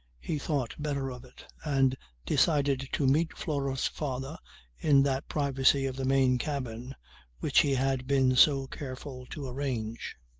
he thought better of it and decided to meet flora's father in that privacy of the main cabin which he had been so careful to arrange.